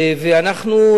ואנחנו,